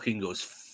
goes